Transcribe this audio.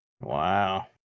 Wow